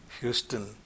Houston